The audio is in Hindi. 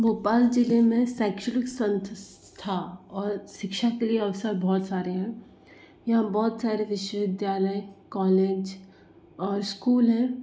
भोपाल ज़िले में शैक्षिणिक संस्था और सिक्षा के लिए अवसर बोहोत सारे है यहाँ बोहोत सारे विश्वविद्यालय कॉलेज और स्कूल है